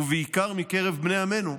ובעיקר מקרב בני עמנו: